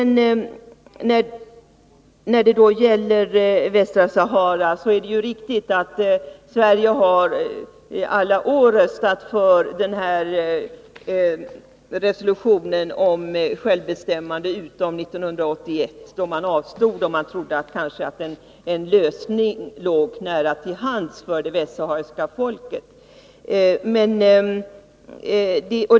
När det gäller Västsahara är det riktigt att Sverige har röstat för resolutionen om självbestämmande alla år utom 1981, då man avstod. Man trodde kanske att en lösning låg nära till hands för det västsahariska folket.